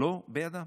לא בידם.